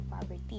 poverty